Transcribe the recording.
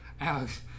Alex